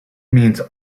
means